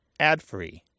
adfree